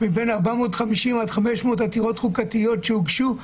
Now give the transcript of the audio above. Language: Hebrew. מבין 450 עד 500 עתירות חוקתיות שהוגשו,